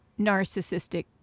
narcissistic